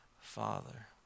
Father